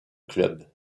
club